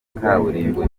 kaburimbo